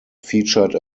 featured